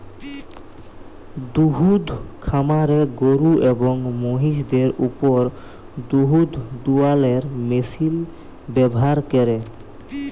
দুহুদ খামারে গরু এবং মহিষদের উপর দুহুদ দুয়ালোর মেশিল ব্যাভার ক্যরে